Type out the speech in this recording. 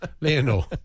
Leonor